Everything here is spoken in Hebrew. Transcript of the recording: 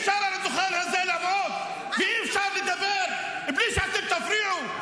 אי-אפשר על הדוכן הזה לעמוד ואי-אפשר לדבר בלי שאתם תפריעו?